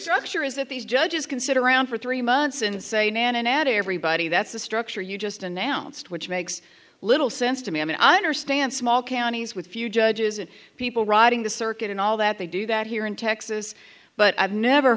structure is that these judges can sit around for three months and say nanon at everybody that's the structure you just announced which makes little sense to me and i understand small counties with few judges and people riding the circuit and all that they do that here in texas but i've never